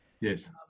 yes